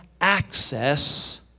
access